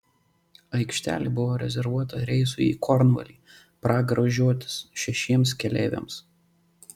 aikštelė buvo rezervuota reisui į kornvalį pragaro žiotis šešiems keleiviams